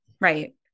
Right